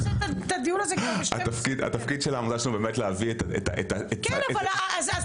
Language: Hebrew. התפקיד שלנו זה להביא את --- נוי,